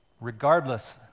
regardless